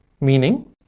meaning